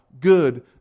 good